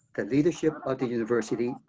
the leadership of the university,